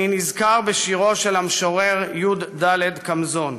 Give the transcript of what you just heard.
אני נזכר בשירו של המשורר י"ד קמזון."